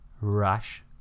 rush